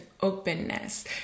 openness